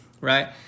right